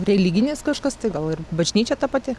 religinis kažkas tai gal ir bažnyčia ta pati